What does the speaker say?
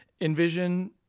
envision